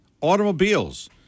automobiles